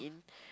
in